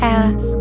ask